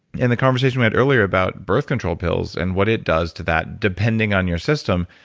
in the conversation we had earlier about birth control pills, and what it does to that depending on your system,